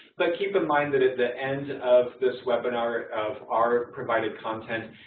but keep in mind that at the end of this webinar of our provided content,